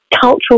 cultural